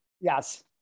Yes